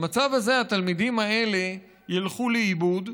במצב הזה התלמידים האלה ילכו לאיבוד,